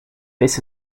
this